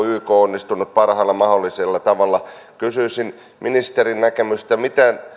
yk onnistunut parhaalla mahdollisella tavalla kysyisin ministerin näkemystä miten